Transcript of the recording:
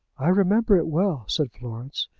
i remember it well, said florence.